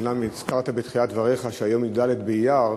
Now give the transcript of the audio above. אומנם הזכרת בתחילת דבריך שהיום י"ד באייר,